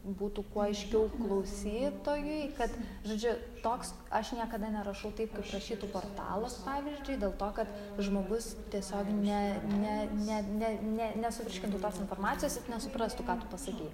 būtų kuo aiškiau klausytojui kad žodžiu toks aš niekada nerašau taip kaip rašytų portalas pavyzdžiui dėl to kad žmogus tiesiog ne ne ne ne ne nesuvirškintų tos informacijos jis nesuprastų ką tu pasakei